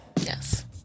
Yes